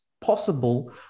possible